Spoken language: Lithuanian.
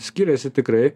skiriasi tikrai